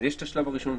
יש השלב הראשון,